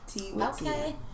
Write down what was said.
Okay